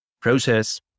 process